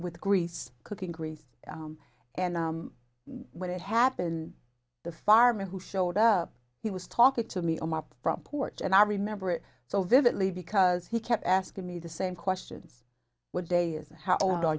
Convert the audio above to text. with grease cooking grease and when it happened the farmer who showed up he was talking to me on my front porch and i remember it so vividly because he kept asking me the same questions what day is it how old are